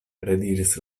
rediris